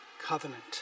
covenant